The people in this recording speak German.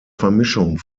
vermischung